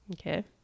Okay